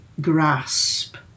grasp